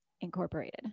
Incorporated